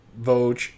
Vogue